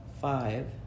Five